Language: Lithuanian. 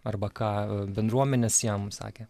arba ką bendruomenės jam sakė